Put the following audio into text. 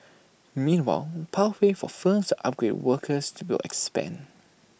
meanwhile pathways for firms to upgrade workers will expand